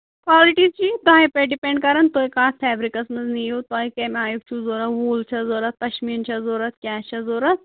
already چھِ یہِ تۄہہِ پٮ۪ٹھ ڈِپٮ۪نٛڈ کران تُہۍ کَتھ فیبرِکَس منٛز نِیو تۄہہِ کَمہِ آیہِ چھُو ضروٗرت ووٗل چھا ضروٗرت پَشمیٖن چھا ضروٗرت کیٛاہ چھا ضروٗرت